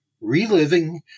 Reliving